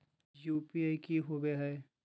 UPI की होवे हय?